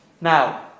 now